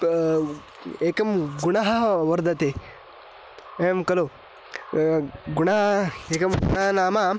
एकं गुणः वर्धते एवं खलु गुणः एकं गुणः नाम